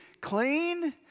clean